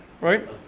Right